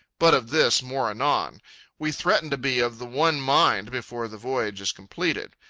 but of this, more anon. we threaten to be of the one mind before the voyage is completed.